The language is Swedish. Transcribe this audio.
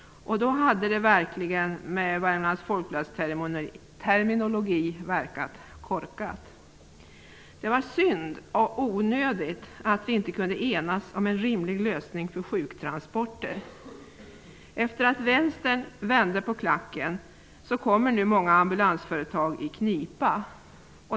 Då hade det verkligen, med Värmlands Folkblads terminologi, verkat korkat. Det var synd och onödigt att vi inte kunde enas om en rimlig lösning för sjuktransporter. Efter att Vänsterpartiet vände på klacken kommer nu många ambulansföretag i knipa.